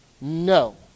no